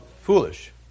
Foolish